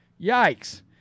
Yikes